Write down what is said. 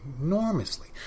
enormously